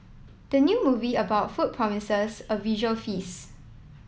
the new movie about food promises a visual feast